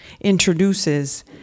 introduces